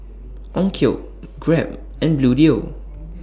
Onkyo Grab and Bluedio